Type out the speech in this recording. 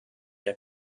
der